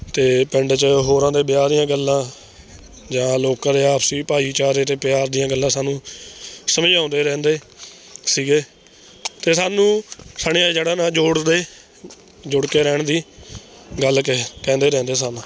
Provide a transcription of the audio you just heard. ਅਤੇ ਪਿੰਡ 'ਚ ਹੋਰਾਂ ਦੇ ਵਿਆਹ ਦੀਆਂ ਗੱਲਾਂ ਜਾਂ ਲੋਕਾਂ ਦੇ ਆਪਸੀ ਭਾਈਚਾਰੇ ਅਤੇ ਪਿਆਰ ਦੀਆਂ ਗੱਲਾਂ ਸਾਨੂੰ ਸਮਝਾਉਂਦੇ ਰਹਿੰਦੇ ਸੀਗੇ ਅਤੇ ਸਾਨੂੰ ਸਾਡੀਆਂ ਜੜ੍ਹਾਂ ਨਾਲ਼ ਜੋੜਦੇ ਜੁੜ ਕੇ ਰਹਿਣ ਦੀ ਗੱਲ ਕਹਿ ਕਹਿੰਦੇ ਰਹਿੰਦੇ ਸਨ